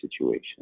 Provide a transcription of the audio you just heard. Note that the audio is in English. situation